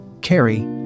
Carrie